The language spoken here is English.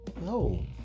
No